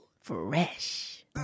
Fresh